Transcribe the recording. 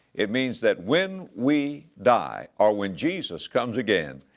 it means that when we die, or when jesus comes again,